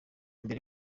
mbere